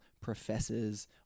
professors